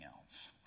else